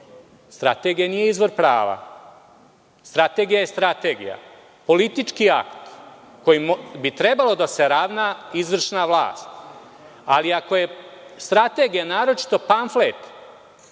Strategija nije izvor prava. Strategija je strategija. Politički akt kojim bi trebalo da se ravna izvršna vlast, ali ako je strategija naročito pamflet,